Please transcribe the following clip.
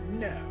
No